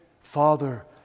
Father